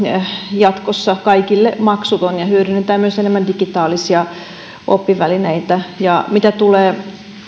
jatkossa kaikille maksuton hyödynnetään myös enemmän digitaalisia oppivälineitä ja mitä tulee